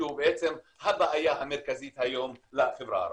שהוא בעצם הבעיה המרכזית היום בחברה הערבית.